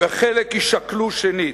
וחלק יישקלו שנית.